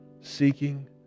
seeking